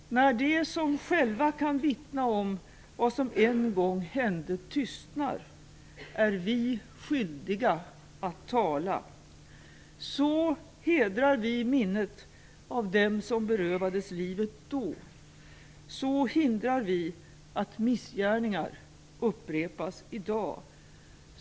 När de som själva kan vittna om vad som en gång hände tystnar, är vi skyldiga att tala. Så hedrar vi minnet av dem som berövades livet då. Så hindrar vi att missgärningar upprepas i dag.